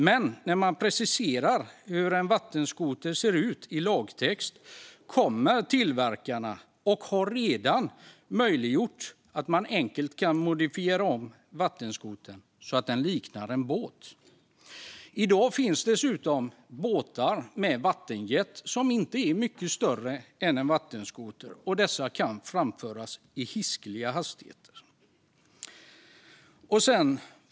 Men när man preciserar hur en vattenskoter ser ut i lagtext kommer tillverkarna - och de har redan möjliggjort det - enkelt att kunna modifiera vattenskotern så att den liknar en båt. I dag finns det dessutom båtar med vattenjet som inte är mycket större än en vattenskoter, och dessa kan framföras i hiskeliga hastigheter. Fru talman!